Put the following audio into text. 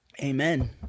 Amen